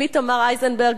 שמי תמר אייזנברג,